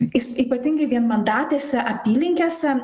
y ypatingai vienmandatėse apylinkėse